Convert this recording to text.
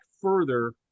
further